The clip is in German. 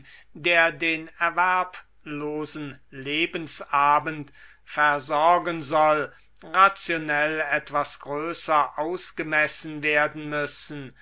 der den erwerblosen lebensabend versorgen soll rationell etwas größer ausgemessen werden müssen